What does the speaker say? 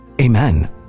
Amen